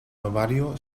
ovario